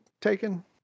taken